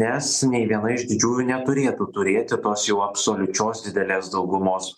nes nei viena iš didžiųjų neturėtų turėti tos jau absoliučios didelės daugumos